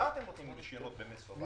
למה אתם נותנים רישיונות במשורה?